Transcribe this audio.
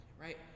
right